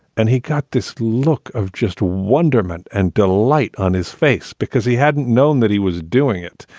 and he got this look of just wonderment. and delight on his face because he hadn't known that he was doing it.